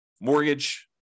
mortgage